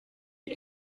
die